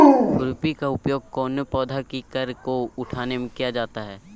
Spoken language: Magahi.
खुरपी का उपयोग कौन पौधे की कर को उठाने में किया जाता है?